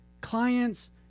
Clients